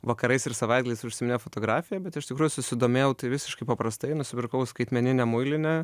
vakarais ir savaitgaliais užsiminėja fotografija bet iš tikrųjų susidomėjau tai visiškai paprastai nusipirkau skaitmeninę muilinę